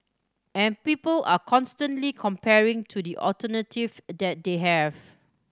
and people are constantly comparing to the alternative that they have